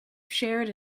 shared